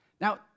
Now